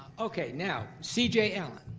okay, now, c j. allen.